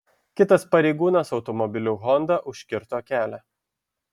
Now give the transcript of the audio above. kitas pareigūnas automobiliu honda užkirto kelią